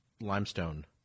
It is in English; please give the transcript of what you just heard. Limestone